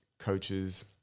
coaches